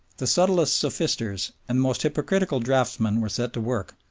the subtlest sophisters and most hypocritical draftsmen were set to work,